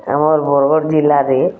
ଆମର୍ ବର୍ଗଡ଼୍ ଜିଲ୍ଲାରେ